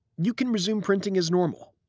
you can resume printing as normal.